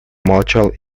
молчал